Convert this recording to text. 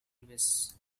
elvis